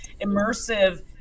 immersive